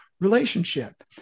relationship